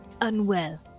unwell